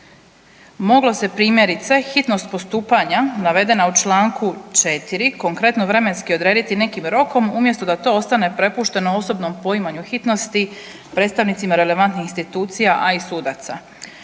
Moglo se primjerice hitnost postupanja navedena u čl. 4. konkretno vremenski odrediti nekim rokom umjesto da to ostane prepušteno osobnom poimanju hitnosti predstavnicima relevantnih institucija, a i sudaca.